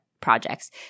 projects